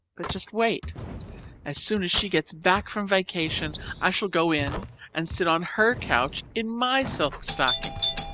but just wait as soon as she gets back from vacation i shall go in and sit on her couch in my silk stockings.